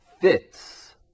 fits